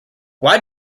why